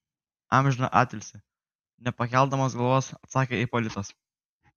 amžiną atilsį nepakeldamas galvos atsakė ipolitas